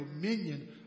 dominion